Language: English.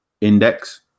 Index